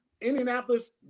Indianapolis